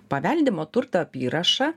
paveldimo turto apyrašą